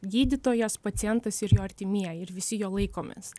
gydytojas pacientas ir jo artimieji ir visi jo laikomės